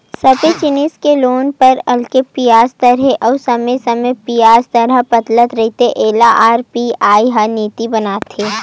सबे जिनिस के लोन बर अलगे बियाज दर हे अउ समे समे बियाज दर ह बदलत रहिथे एला आर.बी.आई ह नीति बनाथे